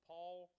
Paul